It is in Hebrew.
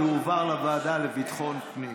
יועבר לדיון בוועדה לביטחון פנים.